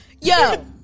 Yo